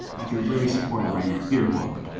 i feel really supported right now. you're welcome.